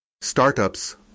Startups